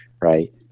right